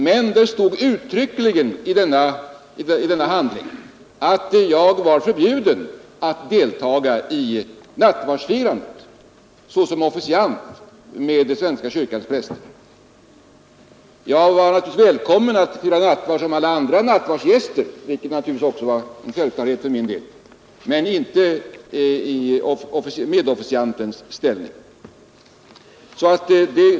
Men det stod uttryckligen i denna handling att jag var förbjuden att deltaga i nattvardsfirandet såsom officiant tillsammans med den svenska kyrkans präster. Jag var naturligtvis välkommen att fira nattvard som alla andra nattvardsgäster, vilket var en självklarhet för min del, men inte i medofficiants ställning.